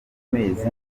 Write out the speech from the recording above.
amezi